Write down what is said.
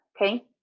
Okay